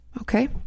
Okay